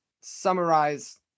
summarize